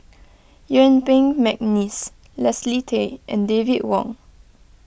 Yuen Peng McNeice Leslie Tay and David Wong